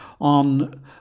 on